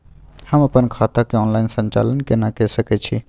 हम अपन खाता के ऑनलाइन संचालन केना के सकै छी?